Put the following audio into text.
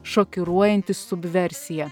šokiruojanti sub versija